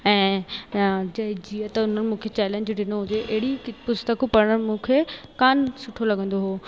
ऐं या जे जीअं त हुननि मूंखे चैलेंज ॾिनो हुओ अहिड़ी पुस्तकूं पढ़णु मूंखे कोन सुठो लॻंदो हुओ